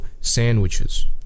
sandwiches